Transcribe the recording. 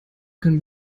können